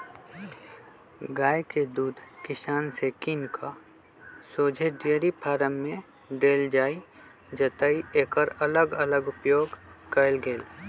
गाइ के दूध किसान से किन कऽ शोझे डेयरी फारम में देल जाइ जतए एकर अलग अलग उपयोग कएल गेल